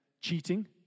cheating